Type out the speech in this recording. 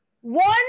one